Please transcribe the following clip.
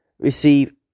Receive